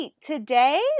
today